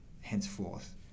henceforth